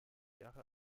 jahre